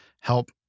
help